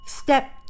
Step